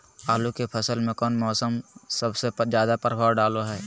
आलू के फसल में कौन मौसम सबसे ज्यादा प्रभाव डालो हय?